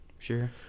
Sure